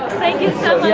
thank you so